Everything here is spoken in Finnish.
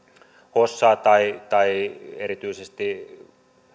hossaa tai tai erityisesti